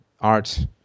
art